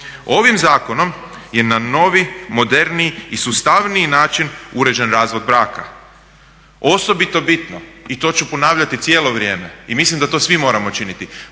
Ovim zakonom je na novi, moderniji i sustavniji način uređen razvod braka. Osobito bitno i to ću ponavljati cijelo vrijeme i mislim da to svi moramo činiti,